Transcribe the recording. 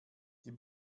die